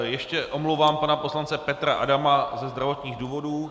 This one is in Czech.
Ještě omluva pana poslance Petra Adama ze zdravotních důvodů.